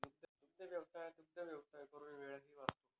दुग्धव्यवसायात दुग्धव्यवसाय करून वेळही वाचतो